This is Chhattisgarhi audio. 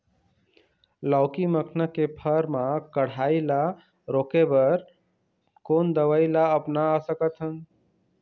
लाउकी मखना के फर मा कढ़ाई ला रोके बर कोन दवई ला अपना सकथन?